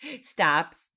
stops